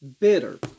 bitter